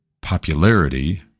popularity